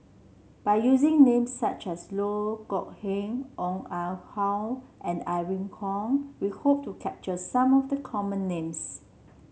by using names such as Loh Kok Heng Ong Ah Hoi and Irene Khong we hope to capture some of the common names